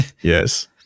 Yes